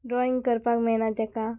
drawing करपाक मेळना तेका